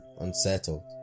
unsettled